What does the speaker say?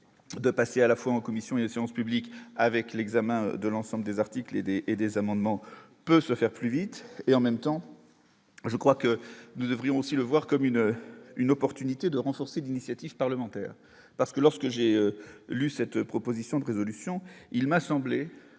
de passer à la fois en commission et séances publiques avec l'examen de l'ensemble des articles et des et des amendements peut se faire plus vite, et en même temps je crois que nous devrions aussi le voir comme une une opportunité de renforcer d'initiative parlementaire parce que lorsque j'ai lu cette proposition de résolution, il m'a semblé